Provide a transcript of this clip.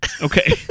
okay